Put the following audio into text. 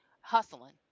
hustling